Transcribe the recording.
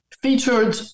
featured